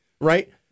Right